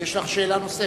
יש לך שאלה נוספת?